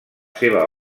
seva